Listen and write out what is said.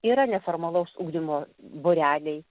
yra neformalaus ugdymo būreliai